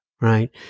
right